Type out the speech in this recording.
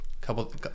Couple